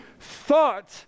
thought